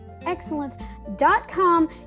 excellence.com